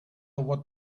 what